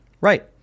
Right